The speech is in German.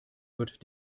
wird